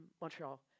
Montreal